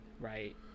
right